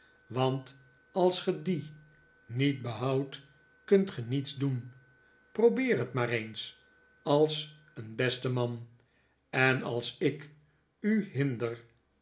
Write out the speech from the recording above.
want als ge die niet behoudt kunt ge niets doen probeer het maar eens als een beste man en als ik u hinder